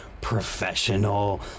professional